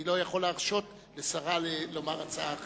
לא יכול להרשות לשרה לומר הצעה אחרת.